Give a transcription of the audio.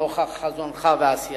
נוכח חזונך ועשייתך.